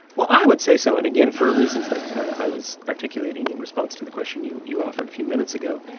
well i would say so, and again for reasons that i was articulating in response to the question you you offered a few minutes ago,